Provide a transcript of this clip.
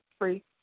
free